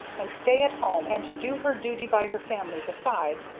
and stay at home and do her duty by her family besides,